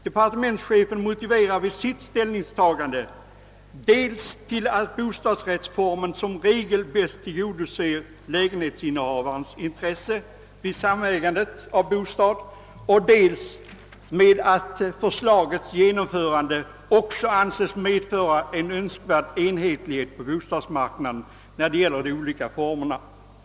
Departementschefen motiverar sitt ställningstagande dels med att bostadsrättsformen som regel bäst tillgodoser lägenhetsinnehavarens intresse vid samägande av bostad, dels med att förslagets genomförande också anses medföra en önskvärd enhetlighet på bostadsmarknaden när det gäller de olika formerna för bostadsupplåtelse.